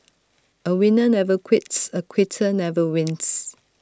A winner never quits A quitter never wins